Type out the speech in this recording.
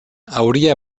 hauria